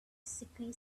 sickly